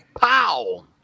Pow